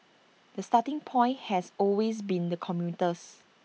the starting point has always been the commuters